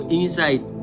inside